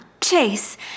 Chase